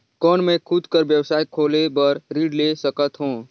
कौन मैं खुद कर व्यवसाय खोले बर ऋण ले सकत हो?